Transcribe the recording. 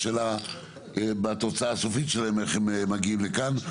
השאלה היא בתוצאה הסופית שלהן ואיך הן מגיעות לכאן.